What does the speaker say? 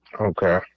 Okay